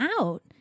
out